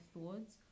thoughts